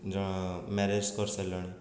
ଜ ମ୍ୟାରେଜ୍ କରିସାଇଲଣି